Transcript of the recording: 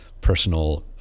personal